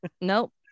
Nope